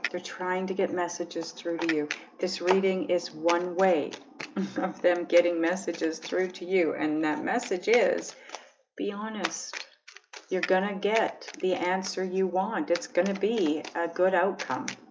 they're trying to get messages through to you this reading is one way of them getting messages through to you and that message is be honest you're gonna get the answer you want. it's gonna be a good outcome